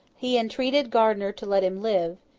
he entreated gardiner to let him live,